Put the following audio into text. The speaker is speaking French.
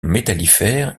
métallifères